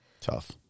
Tough